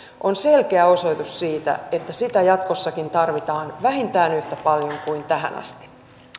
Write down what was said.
on selkeä osoitus siitä että sitä jatkossakin tarvitaan vähintään yhtä paljon kuin tähän asti